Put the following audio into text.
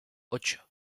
ocho